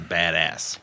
badass